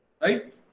right